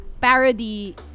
parody